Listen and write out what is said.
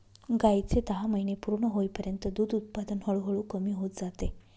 गायीचे दहा महिने पूर्ण होईपर्यंत दूध उत्पादन हळूहळू कमी होत जाते